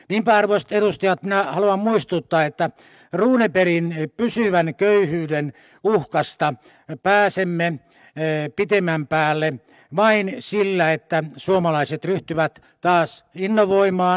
niinpä arvoisat edustajat minä haluan muistuttaa että runebergin pysyvän köyhyyden uhkasta pääsemme pitemmän päälle vain sillä että suomalaiset ryhtyvät taas innovoimaan